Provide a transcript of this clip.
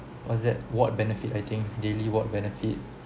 was that ward benefit I think daily ward benefit